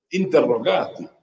interrogati